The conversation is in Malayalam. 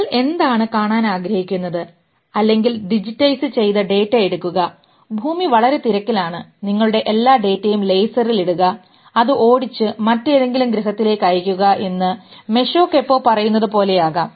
നിങ്ങൾ എന്താണ് കാണാൻ ആഗ്രഹിക്കുന്നത് അല്ലെങ്കിൽ ഡിജിറ്റൈസ് ചെയ്ത ഡാറ്റ എടുക്കുക ഭൂമി വളരെ തിരക്കിലാണ് നിങ്ങളുടെ എല്ലാ ഡാറ്റയും ലേസറിൽ ഇടുക അത് ഓടിച്ച് മറ്റേതെങ്കിലും ഗ്രഹത്തിലേക്ക് അയയ്ക്കുക എന്ന് mesho kepo പറയുന്നതുപോലെ ആകാം